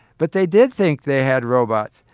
but they did think they had robots.